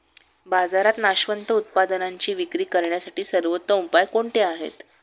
बाजारात नाशवंत उत्पादनांची विक्री करण्यासाठी सर्वोत्तम उपाय कोणते आहेत?